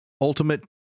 Ultimate